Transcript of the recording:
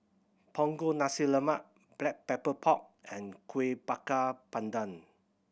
Punggol Nasi Lemak Black Pepper Pork and Kuih Bakar Pandan